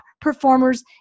performers